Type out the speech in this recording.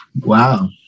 wow